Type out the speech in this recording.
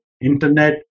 internet